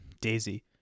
Daisy